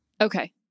okay